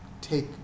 take